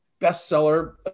bestseller